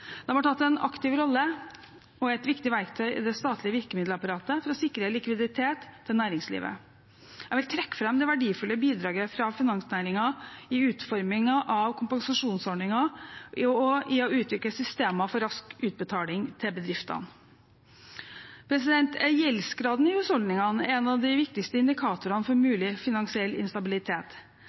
tatt en aktiv rolle og er et viktig verktøy i det statlige virkemiddelapparatet for å sikre likviditet for næringslivet. Jeg vil trekke fram det verdifulle bidraget fra finansnæringen i utformingen av kompensasjonsordningen og i å utvikle systemer for rask utbetaling til bedriftene. Gjeldsgraden i husholdningene er en av de viktigste indikatorene for mulig finansiell instabilitet.